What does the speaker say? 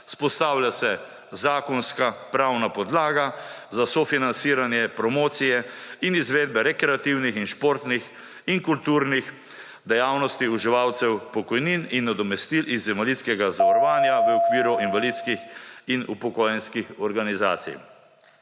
Vzpostavlja se zakonska pravna podlaga za sofinanciranje promocije in izvedbe rekreativnih in športnih in kulturnih dejavnosti uživalcev pokojnin in nadomestil iz / znak za konec razprave/ invalidskega zavarovanja v okviru invalidskih in upokojenskih organizacij.